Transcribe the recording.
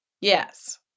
Yes